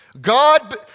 God